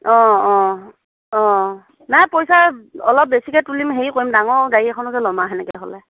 অ অ অ নাই পইচা অলপ বেছিকৈ তুলিম হেৰি কৰিম ডাঙৰ গাড়ী এখনকে ল'ম আৰু সেনেকৈ হ'লে